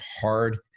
hard